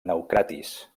naucratis